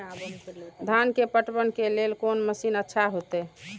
धान के पटवन के लेल कोन मशीन अच्छा होते?